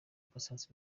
patient